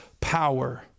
power